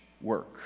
work